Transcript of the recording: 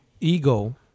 Ego